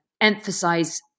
emphasize